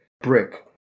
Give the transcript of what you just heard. brick